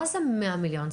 מה זה 100 מיליון?